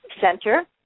Center